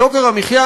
יוקר המחיה,